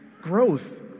Growth